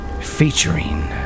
featuring